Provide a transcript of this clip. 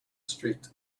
street